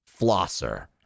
flosser